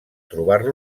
trobar